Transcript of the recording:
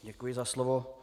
Děkuji za slovo.